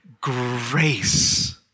grace